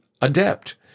adept